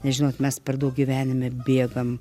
nes žinot mes per daug gyvenime bėgam